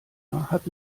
hat